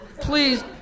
Please